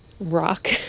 rock